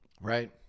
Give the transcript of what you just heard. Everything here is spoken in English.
right